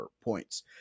points